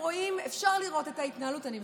אפשר לראות את ההתנהלות, אני מסיימת,